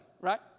right